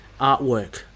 artwork